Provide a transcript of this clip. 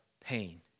pain